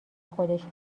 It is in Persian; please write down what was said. خودش